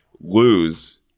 lose